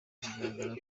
biragaragara